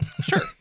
Sure